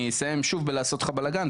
אני אסיים שוב בלעשות לך בלגאן.